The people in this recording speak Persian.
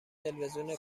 تلویزیون